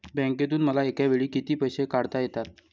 बँकेतून मला एकावेळी किती पैसे काढता येतात?